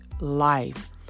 life